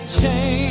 change